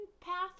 path